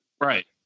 Right